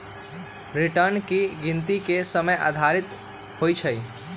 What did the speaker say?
return की गिनति के समय आधारित होइ छइ